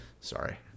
Sorry